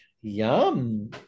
Yum